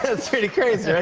it's pretty crazy,